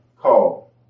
call